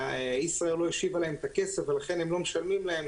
שישראייר לא השיבה להן את הכסף ולכן הם לא משלמים להם.